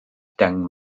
deng